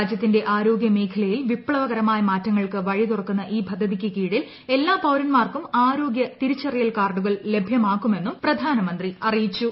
രാജ്യത്തിന്റെ ആരോഗ്യ മേഖലയിൽ വിപ്തവകരമായ മാറ്റങ്ങൾക്ക് വഴി തുറക്കുന്ന ഈ പദ്ധതിക്കു കീഴിൽ എല്ലാ പൌരന്മാർക്കും തിരിച്ചറിയൽ ആരോഗ്യ കാർഡുകൾ ലഭ്യമാക്കുമെന്നും പ്രധാനമന്ത്രി അറിയിച്ചു